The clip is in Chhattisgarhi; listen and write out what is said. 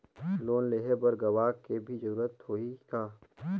लोन लेहे बर गवाह के भी जरूरत होही का?